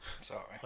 Sorry